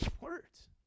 words